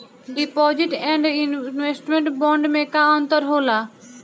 Deposit and investment bond मे का अंतर होला?